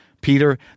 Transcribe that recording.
Peter